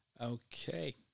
Okay